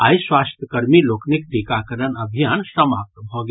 आइ स्वास्थ्यकर्मी लोकनिक टीकाकरण अभियान समाप्त भऽ गेल